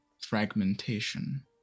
fragmentation